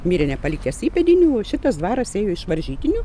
mirė nepalikęs įpėdinių šitas dvaras ėjo iš varžytinių